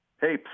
Hey